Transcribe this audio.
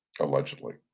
allegedly